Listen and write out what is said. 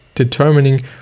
determining